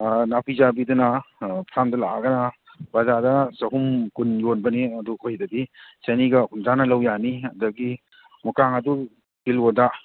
ꯑꯥ ꯅꯥꯄꯤ ꯆꯥꯕꯤꯗꯅ ꯑꯥ ꯐ꯭ꯔꯥꯝꯗ ꯂꯥꯛꯑꯒꯅ ꯕꯖꯥꯔꯗ ꯆꯍꯨꯝ ꯀꯨꯟ ꯌꯣꯟꯕꯅꯤ ꯑꯗꯨ ꯑꯩꯈꯣꯏ ꯁꯤꯗꯗꯤ ꯆꯅꯤꯒ ꯍꯨꯝꯗ꯭ꯔꯥꯅ ꯂꯧ ꯌꯥꯅꯤ ꯑꯗꯒꯤ ꯃꯨꯀꯥ ꯉꯥꯗꯨ ꯀꯤꯂꯣꯗ